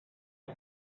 ist